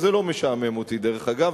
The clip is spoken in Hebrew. וזה לא משעמם אותי דרך אגב,